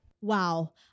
Wow